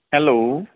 hello